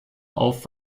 auf